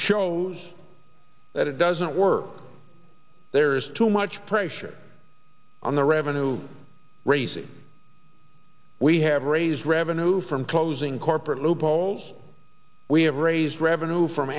shows that it doesn't work there is too much pressure on the revenue raising we have raised revenue from closing corporate loopholes we have raised revenue from